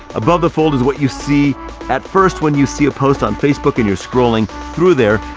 above the fold is what you see at first when you see a post on facebook and you're scrolling through there,